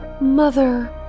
Mother